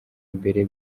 imbere